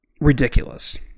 Ridiculous